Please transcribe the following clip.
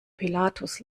pilatus